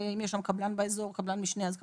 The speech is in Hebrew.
וכמובן גם מקבלן משנה אם הוא היה באזור.